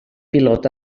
pilot